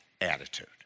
Attitude